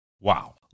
Wow